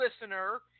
listener